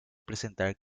presentar